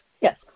Yes